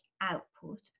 output